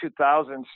2000s